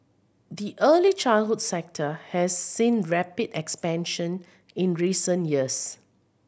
the early childhood sector has seen rapid expansion in recent years